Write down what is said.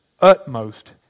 utmost